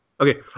Okay